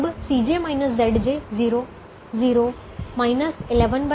अब 0 0 113 माइनस 23 हैं